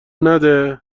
نده